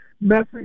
message